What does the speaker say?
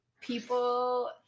People